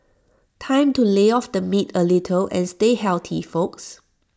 time to lay off the meat A little and stay healthy folks